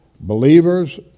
Believers